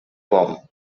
bomb